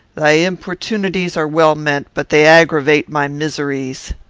thy importunities are well meant, but they aggravate my miseries.